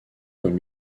comme